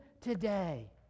today